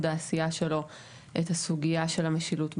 העשייה שלו את הסוגיה של המשילות בנגב,